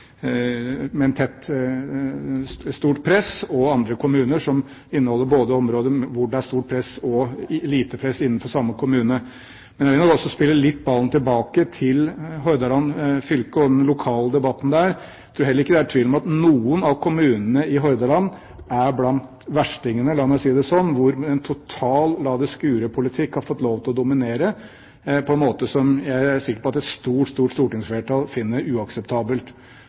inneholder områder hvor det er stort og lite press innenfor samme kommune. Men jeg vil nok spille ballen litt tilbake til Hordaland fylke og den lokale debatten der. Jeg tror heller ikke det er tvil om at noen av kommunene i Hordaland er blant verstingene – la meg si det slik – hvor en total la det skure-politikk har fått lov til å dominere på en måte som jeg er sikker på at et stort stortingsflertall finner uakseptabelt.